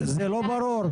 זה לא ברור?